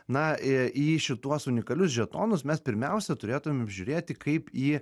na ė į šituos unikalius žetonus mes pirmiausia turėtumėm žiūrėti kaip į